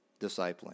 discipling